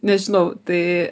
nežinau tai